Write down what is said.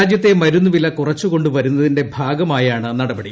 രാജ്യത്തെ മരുന്നുവില കുറച്ചുകൊണ്ടു വരുന്നതിന്റെ ഭാഗമായാണ് നടപടി